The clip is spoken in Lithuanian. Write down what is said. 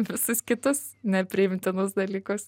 visus kitus nepriimtinus dalykus